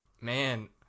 man